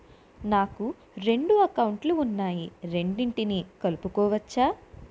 నాకు రెండు అకౌంట్ లు ఉన్నాయి రెండిటినీ కలుపుకోవచ్చా?